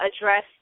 address